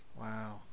Wow